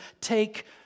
take